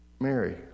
Mary